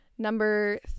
number